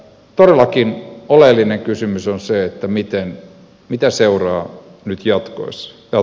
todellakin oleellinen kysymys on se mitä seuraa nyt jatkossa